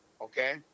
Okay